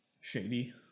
shady